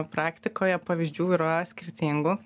praktikoje pavyzdžių yra skirtingų